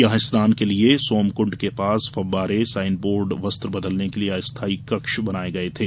यहां स्नान के लिये सोमकृण्ड के पास फव्वारे साईन बोर्ड वस्त्र बदलने के लिये अस्थाई कक्ष बनाए गए थे